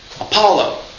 Apollo